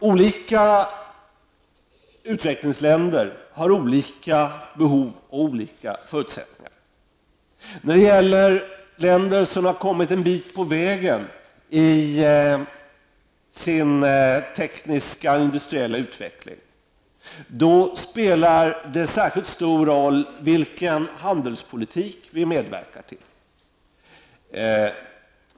Olika utvecklingsländer har olika behov och olika förutsättningar. I de länder som har kommit en bit på vägen i sin tekniska och industriella utveckling spelar det särskilt stor roll vilken handelspolitik vi medverkar till.